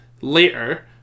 later